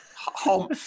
home